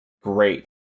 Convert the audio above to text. great